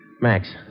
Max